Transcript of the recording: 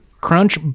Crunch